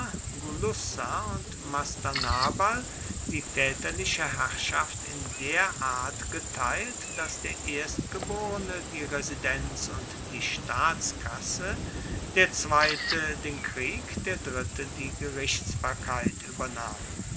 die väterliche herrschaft in der art geteilt daß der erstgeborene die residenz und die staatskasse der zweite den krieg der dritte die gerichtsbarkeit übernahm